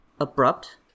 abrupt